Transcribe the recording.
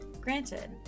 Granted